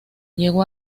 llegó